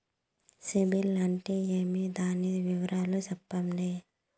సిబిల్ అంటే ఏమి? దాని వివరాలు సెప్పండి?